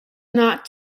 not